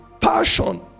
passion